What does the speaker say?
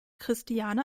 christiane